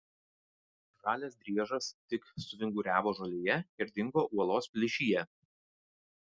žalias driežas tik suvinguriavo žolėje ir dingo uolos plyšyje